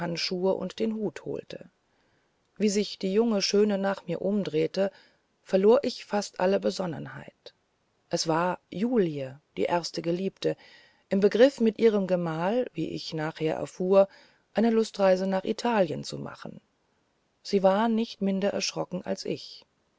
und den hut holte wie sich die junge schöne nach mir umdrehte verlor ich fast alle besonnenheit es war julie die erste geliebte im begriff mit ihrem gemahl wie ich nachher erfuhr eine lustreise nach italien zu machen sie war nicht minder erschrocken als ich